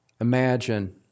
Imagine